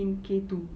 in K two